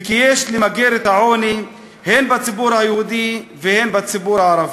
וכי יש למגר את העוני הן בציבור היהודי והן בציבור הערבי,